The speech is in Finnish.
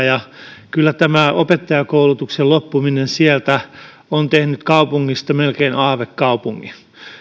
ja kyllä tämä opettajakoulutuksen loppuminen sieltä on tehnyt kaupungista melkein aavekaupungin